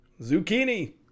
zucchini